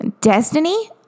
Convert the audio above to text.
Destiny